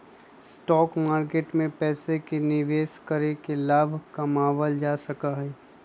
stock market में पैसे के निवेश करके लाभ कमावल जा सका हई